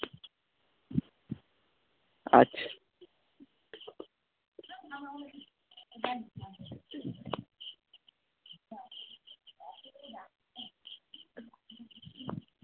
আচ্ছা